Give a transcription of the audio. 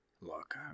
look